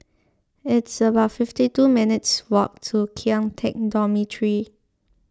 it's about fifty two minutes' walk to Kian Teck Dormitory